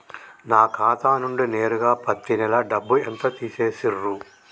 నా ఖాతా నుండి నేరుగా పత్తి నెల డబ్బు ఎంత తీసేశిర్రు?